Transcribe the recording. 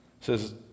says